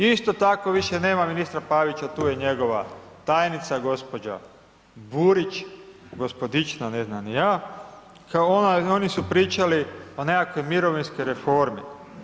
Isto tako, više nema ministra Pavića, tu je njegova tajnica gđa. Burić, gospodična ne znam ni ja, kao oni su pričali o nekakvoj mirovinskoj reformi.